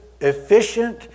efficient